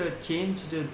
changed